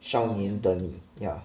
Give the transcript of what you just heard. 少年的你 yeah